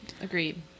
Agreed